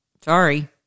Sorry